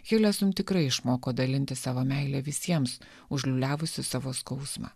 hilesum tikrai išmoko dalintis savo meile visiems užliūliavusi savo skausmą